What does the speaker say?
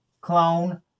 clone